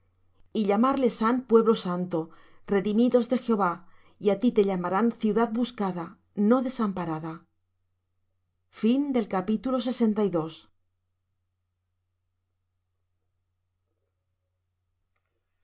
y llamarles han pueblo santo redimidos de jehová y á ti te llamarán ciudad buscada no desamparada quién es éste